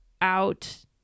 out